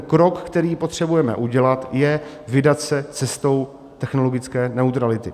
Krok, který potřebujeme udělat, je vydat se cestou technologické neutrality.